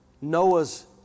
Noah's